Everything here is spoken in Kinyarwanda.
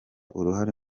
uruhare